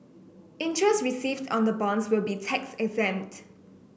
interest received on the bonds will be tax exempt